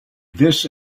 this